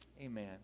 Amen